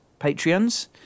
Patreons